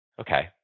Okay